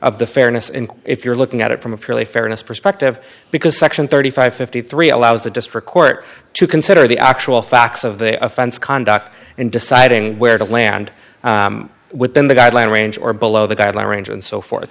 of the fairness and if you're looking at it from a purely fairness perspective because section thirty five fifty three allows the district court to consider the actual facts of the offense conduct and deciding where to land within the guidelines range or below the guideline range and so forth